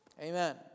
Amen